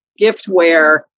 giftware